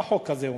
מה החוק הזה אומר?